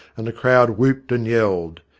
and the crowd whooped and yelled.